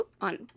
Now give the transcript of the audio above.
on